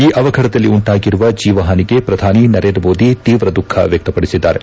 ಈ ಅಪಭಾತದಲ್ಲಿ ಉಂಟಾಗಿರುವ ಜೀವ ಪಾನಿಗೆ ಪ್ರಧಾನಿ ನರೇಂದ್ರ ಮೋದಿ ತೀವ್ರ ದುಃಖಿ ವ್ಯಕ್ತ ಪಡಿಸಿದ್ದಾರೆ